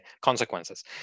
consequences